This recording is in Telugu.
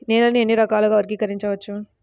నేలని ఎన్ని రకాలుగా వర్గీకరించవచ్చు?